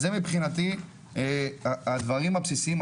אז זה מבחינתי הדברים הבסיסיים,